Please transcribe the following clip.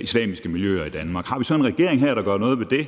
islamiske miljøer i Danmark. Har vi så en regering her, der gør noget ved det?